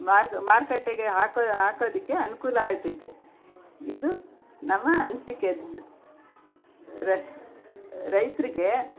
ಮಾರು ಮಾರುಕಟ್ಟೆಗೆ ಹಾಕೋ ಹಾಕೋದಕ್ಕೆ ಅನುಕೂಲ ಆಗ್ತದೆ ಇದು ನಮ್ಮ ಅನಿಸಿಕೆ ರೈತರಿಗೆ